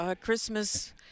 Christmas